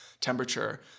temperature